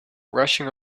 rushing